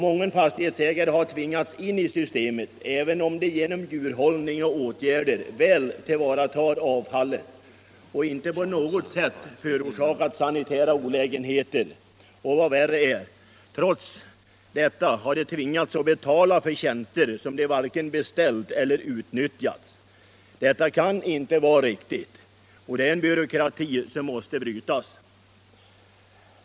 Många fastighetsägare har tvingats in i systemet fastän de genom djurhållning och andra åtgärder väl tillvaratar avfallet och inte på något sätt förorsakar sanitära olägenheter. Vad värre är, de har trots detta tvingats betala för tjänster som de varken beställt eller utnyttjat. Det kan inte vara riktigt. Detta är en byråkrati som måste brytas.